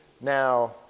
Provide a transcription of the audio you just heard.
Now